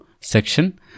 section